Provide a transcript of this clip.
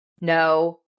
no